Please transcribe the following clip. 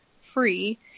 free